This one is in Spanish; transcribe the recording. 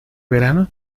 verano